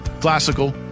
Classical